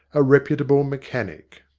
a reputable mechanic.